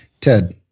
Ted